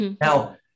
Now